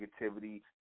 negativity